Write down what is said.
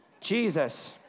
Jesus